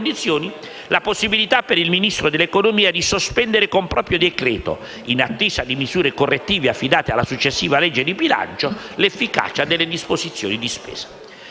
la possibilità per il Ministro dell'economia di sospendere con proprio decreto, in attesa di misure correttive affidate alla successiva legge di bilancio, l'efficacia delle disposizioni di spesa.